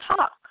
talk